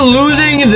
losing